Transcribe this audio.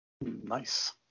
Nice